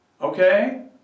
okay